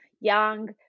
young